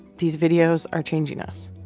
these videos are changing us.